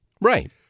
Right